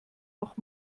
noch